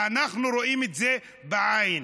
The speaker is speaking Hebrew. ואנחנו רואים את זה בעין.